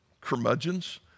curmudgeons